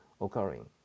occurring